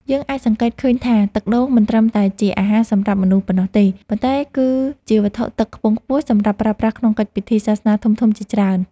យើងអាចសង្កេតឃើញថាទឹកដូងមិនត្រឹមតែជាអាហារសម្រាប់មនុស្សប៉ុណ្ណោះទេ ប៉ុន្តែគឺជាវត្ថុទឹកខ្ពង់ខ្ពស់សម្រាប់ប្រើប្រាស់ក្នុងកិច្ចពិធីសាសនាធំៗជាច្រើន។